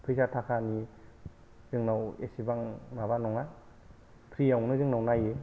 फैसा थाखानि जेसेबां जोंनाव माबा नङा फ्रियावनो जोंनाव नायो